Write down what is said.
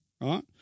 right